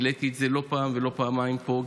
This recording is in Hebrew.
העליתי את זה לא פעם ולא פעמיים פה,